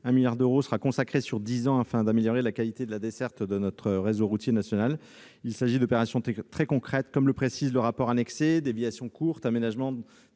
1 milliard d'euros sera consacré sur dix ans à l'amélioration de la qualité de la desserte de notre réseau routier national ; il s'agit d'opérations très concrètes, comme le précise le rapport annexé- déviations courtes, aménagements